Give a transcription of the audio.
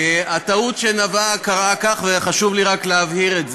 הטעות שהייתה קרתה כך, וחשוב לי רק להבהיר את זה,